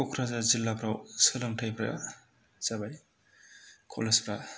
क'क्राझार जिल्लाफोराव सोलोंथाइफोरा जाबाय कलेज फोरा